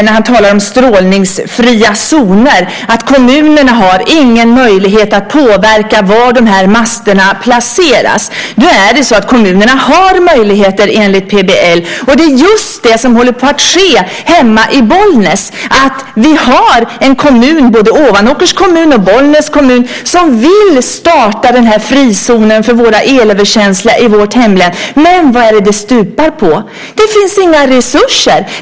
När han talar om strålningsfria zoner säger han att kommunerna inte har någon möjlighet att påverka var de här masterna placeras. Nu är det så att kommunerna har möjligheter enligt PBL, och det är just det som håller på att ske hemma i Bollnäs. Både Ovanåkers kommun och Bollnäs kommun vill starta en frizon för de elöverkänsliga i vårt hemlän. Men vad stupar det på? Det finns inga resurser!